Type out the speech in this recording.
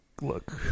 look